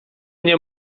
nie